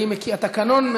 התקנון,